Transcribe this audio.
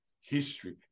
history